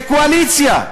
מהקואליציה,